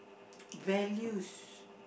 values